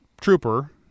trooper